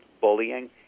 bullying